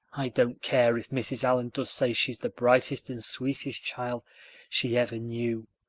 i don't care if mrs. allan does say she's the brightest and sweetest child she ever knew.